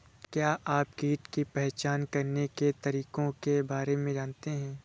क्या आप कीट की पहचान करने के तरीकों के बारे में जानते हैं?